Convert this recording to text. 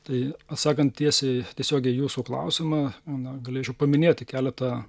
tai atsakant tiesiai tiesiogiai į jūsų klausimą na galėčiau paminėti keletą